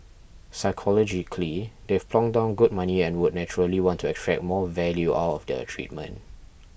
psychologically they've plonked down good money and would naturally want to extract more value out of their treatment